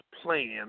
plan